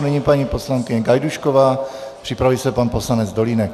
Nyní paní poslankyně Gajdůšková, připraví se pan poslanec Dolínek.